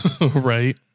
Right